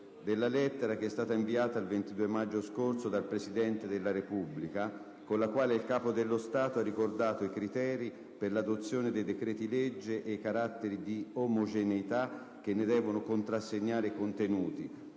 della lettera inviata il 22 maggio scorso dal Presidente della Repubblica, con la quale il Capo dello Stato ha ricordato "i criteri per l'adozione dei decreti-legge ed i caratteri di omogeneità che ne devono contrassegnare i contenuti",